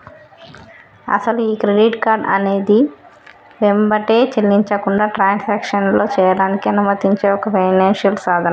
అసలు ఈ credit card అనేది వెంబటే చెల్లించకుండా ట్రాన్సాక్షన్లో చేయడానికి అనుమతించే ఒక ఫైనాన్షియల్ సాధనం